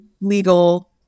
legal